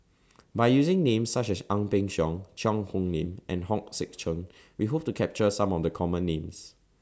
By using Names such as Ang Peng Siong Cheang Hong Lim and Hong Sek Chern We Hope to capture Some of The Common Names